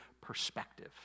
perspective